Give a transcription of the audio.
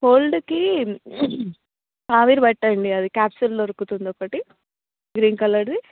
కోల్డ్కి ఆవిరి పట్టండి అది క్యాప్సూల్ దొరుకుతుంది ఒకటి గ్రీన్ కలర్ది